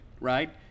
right